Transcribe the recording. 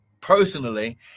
personally